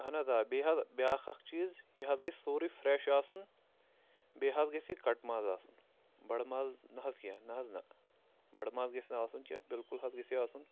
اہن حظ آ بیٚیہِ حظ بیٛاکھ اَکھ چیٖز یہِ حظ گژھِ سورُے فرٛٮ۪ش آسُن بیٚیہِ حظ گژھِ یہِ کَٹہٕ ماز آسُن بَڑٕ ماز نہ حظ کینٛہہ نہ حظ نہ بَڑٕ ماز گژھِ نہٕ آسُن کینٛہہ بِلکُل حظ گژھِ یہِ آسُن